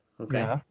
Okay